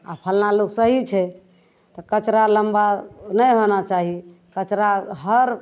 आओर फल्लाँ लोक सही छै तऽ कचरा लम्बा नहि होना चाही कचरा हर